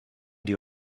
die